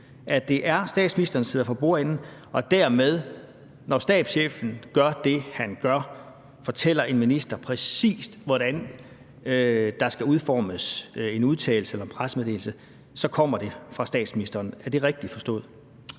at det er statsministeren, der sidder for bordenden og dermed, når stabschefen gør det, han gør – fortæller en minister, præcis hvordan der skal udformes en udtalelse eller en pressemeddelelse – så kommer det fra statsministeren. Er det rigtigt forstået?